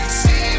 see